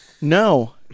No